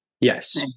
Yes